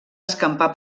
escampar